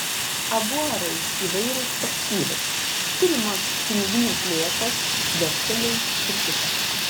avuarai įvairūs aktyvai turimos piniginės lėšos vekseliai ir kita